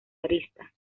arista